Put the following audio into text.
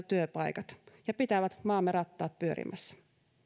työpaikat ja pitävät maamme rattaat pyörimässä